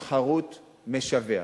תחרות משווע.